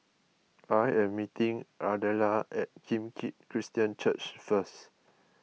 I am meeting Ardella at Kim Keat Christian Church first